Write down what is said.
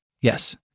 Yes